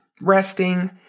resting